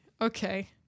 okay